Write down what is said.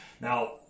Now